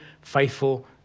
faithful